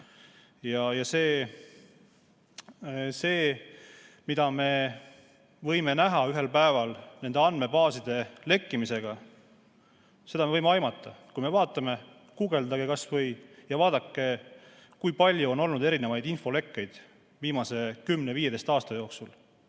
Seda, mida me võime näha ühel päeval nende andmebaaside lekkimise tõttu, me võime aimata. Guugeldage kas või ja vaadake, kui palju on olnud erinevaid infolekkeid viimase 10–15 aasta jooksul.